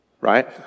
right